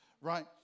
right